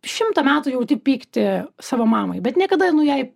šimtą metų jauti pyktį savo mamai bet niekada jai